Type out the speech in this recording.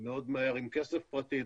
מאוד מהר עם כסף פרטי,